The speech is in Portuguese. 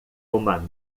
uma